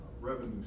revenue